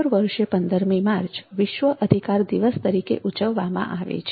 દર વર્ષે ૧૫મી માર્ચ વિશ્વ ગ્રાહક અધિકાર દિવસ તરીકે ઉજવવામાં આવે છે